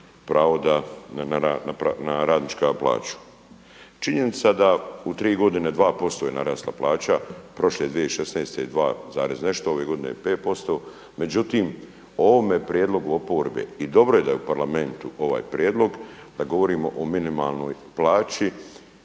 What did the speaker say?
pravo da, na radničku plaću. Činjenica da u tri godine 2% je narasla plaća. Prošle 2016. dva zarez nešto, ove godine 5%. Međutim o ovome prijedlogu oporbe i dobro je da je u Parlamentu ovaj prijedlog da govorimo o minimalnoj plaći.